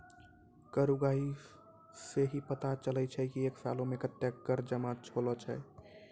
कर उगाही सं ही पता चलै छै की एक सालो मे कत्ते कर जमा होलो छै